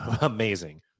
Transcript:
amazing